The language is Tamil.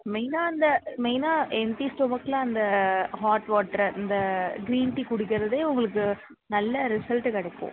மெயினாக அந்த மெயினாக எம்டி ஸ்டொமக்கில் அந்த ஹாட் வாட்டரை அந்த க்ரீன் டீ குடிக்கிறதே உங்களுக்கு நல்ல ரிசல்ட்டு கிடைக்கும்